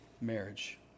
marriage